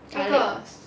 麻辣